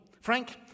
Frank